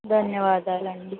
ధన్యవాదాలండి